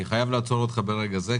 אני חייב לעצור אותך ברגע זה,